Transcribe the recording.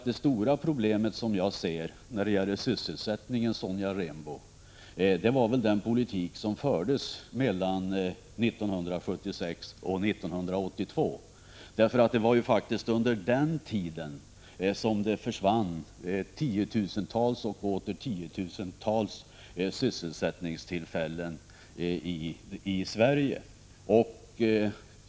Det stora problemet när det gäller sysselsättningen, Sonja Rembo, var väl den politik som fördes mellan 1976 och 1982, därför att det var under den tiden som det försvann tiotusentals och åter tiotusentals sysselsättningstillfällen i Sverige.